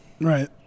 Right